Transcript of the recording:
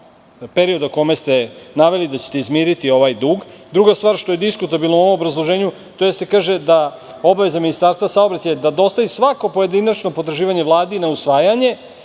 perioda u kojem ste naveli da ćete izmiriti ovaj dug? Druga stvar, što je diskutabilno u ovom obrazloženju, to jeste da se kaže da obaveza Ministarstva saobraćaja je da dostavi svako pojedinačno potraživanje Vladi na usvajanje,